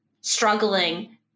struggling